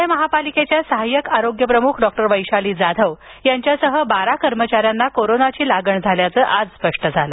पुणे महापालिकेच्या साहाय्यक आरोग्य प्रमुख डॉक्टर वैशाली जाधव यांच्यासह बारा कर्मचाऱ्यांना कोरोनाची लागण झाल्याचं आज स्पष्ट झालं